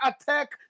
attack